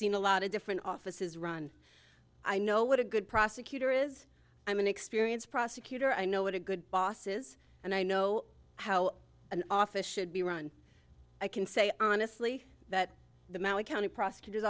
seen a lot of different offices run i know what a good prosecutor is i'm an experienced prosecutor i know what a good bosses and i know how an office should be run i can say honestly that the maui county